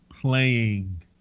playing